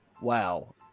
wow